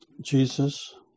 Jesus